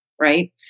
right